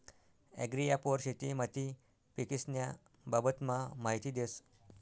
agri app वर शेती माती पीकेस्न्या बाबतमा माहिती देस